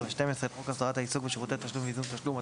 10 ו-12 לחוק הסדרת העיסוק בשירותי תשלום וייזום תשלום,